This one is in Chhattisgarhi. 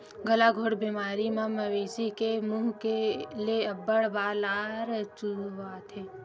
गलाघोंट बेमारी म मवेशी के मूह ले अब्बड़ लार चुचवाथे